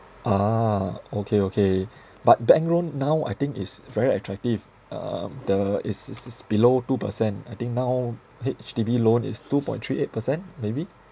a'ah okay okay but bank loan now I think is very attractive um the is is is below two percent I think now H_D_B loan is two point three eight percent maybe